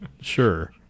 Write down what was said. sure